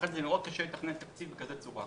לכן זה מאוד קשה לתכנן תקציב בכזאת צורה.